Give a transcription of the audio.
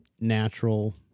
natural